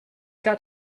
got